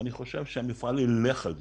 אני חושב שהמפעל ילך על זה.